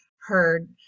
heard